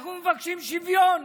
אנחנו מבקשים שוויון,